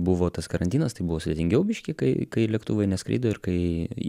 buvo tas karantinas tai buvo sudėtingiau biškį kai kai lėktuvai neskrido ir kai